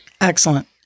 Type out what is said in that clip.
Excellent